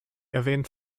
erwähnt